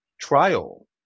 trial